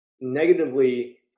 negatively